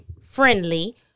friendly